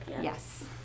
Yes